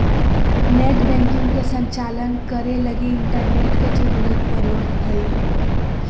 net banking के संचालन करे लगी इंटरनेट के जरुरत पड़ो हइ